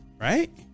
Right